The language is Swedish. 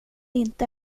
inte